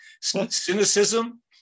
cynicism